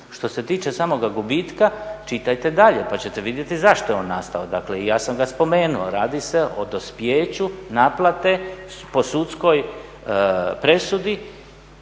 Što se tiče samoga gubitka čitajte dalje pa ćete vidjeti zašto je on nastao. Dakle, ja sam ga spomenuo. Radi se o dospijeću naplate po sudskoj presudi